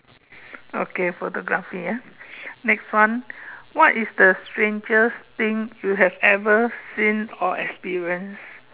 okay photography ah next one what is the strangest thing you have ever seen or experienced